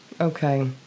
okay